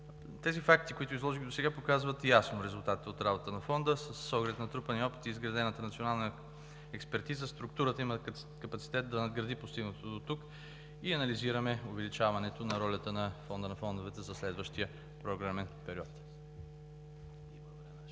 Тези факти, които изложих досега, показват ясно резултатите от работата на Фонда. С оглед на натрупания опит и изградената национална експертиза, структурата има капацитет да надгради постигнатото дотук и анализираме увеличаването на ролята на Фонда на фондовете за следващия програмен период.